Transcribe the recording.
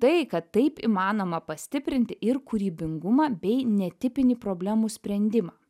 tai kad taip įmanoma pastiprinti ir kūrybingumą bei netipinį problemų sprendimą